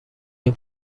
این